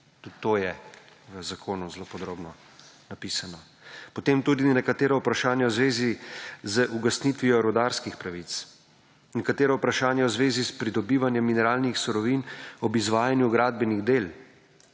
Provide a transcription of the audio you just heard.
tudi to je v zakonu zelo podrobno napisano. Potem tudi na nekatera vprašanja v zvezi z ugasnitvijo rudarskih pravic, nekatero vprašanje v zvezi s pridobivanjem mineralnih surovin ob izvajanju gradbenih del,